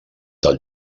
del